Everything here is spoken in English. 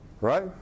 right